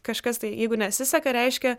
kažkas tai jeigu nesiseka reiškia